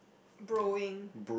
broing